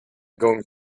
going